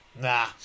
Nah